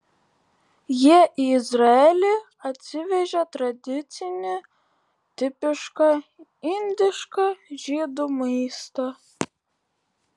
jie į izraelį atsivežė tradicinį tipišką indišką žydų maistą